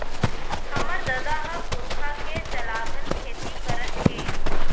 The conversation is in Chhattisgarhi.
हमर ददा ह पुरखा के चलाघन खेती करत हे